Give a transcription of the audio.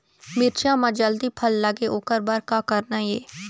मिरचा म जल्दी फल लगे ओकर बर का करना ये?